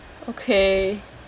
okay